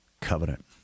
covenant